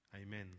Amen